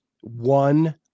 one